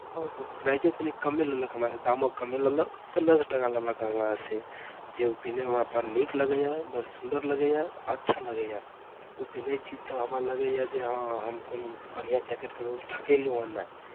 ओ प्राइजो कनि कमे लेलक हमरासँ दामो कमे लेलक पन्द्रह सए टाका लेलक हमरासँ जे ओ पिन्हयमे हमरा बड़ नीक लगैए बड़ सुन्दर लगैए अच्छा लगैए ओ पिन्है छी तऽ हमरा लगैयए जे हँ हम कोनो बढ़िआँ जैकेट खरीदलहुँ ठकेलहुँ हेँ नहि